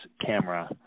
camera